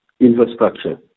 infrastructure